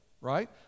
right